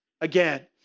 again